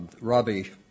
Robbie